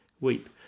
weep